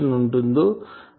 maximum direction of radiation